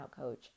coach